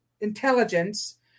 intelligence